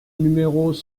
numéros